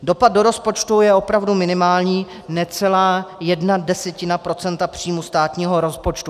Dopad do rozpočtu je opravdu minimální, necelá jedna desetina procenta příjmu státního rozpočtu.